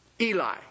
Eli